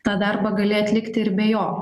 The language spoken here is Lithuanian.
tą darbą gali atlikti ir be jo